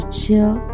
chill